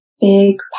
big